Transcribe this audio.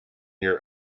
your